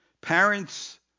Parents